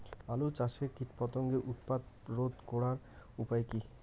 আলু চাষের কীটপতঙ্গের উৎপাত রোধ করার উপায় কী?